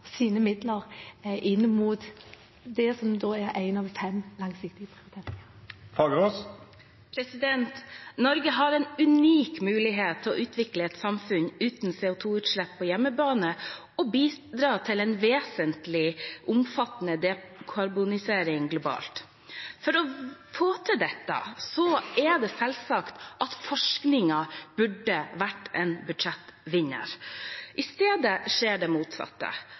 sine midler inn mot det som da er en av de fem langsiktige prioriteringene. Norge har en unik mulighet til å utvikle et samfunn uten CO 2 -utslipp på hjemmebane og bidra vesentlig til en omfattende dekarbonisering globalt. For å få til dette er det selvsagt at forskningen burde ha vært en budsjettvinner. I stedet skjer det motsatte.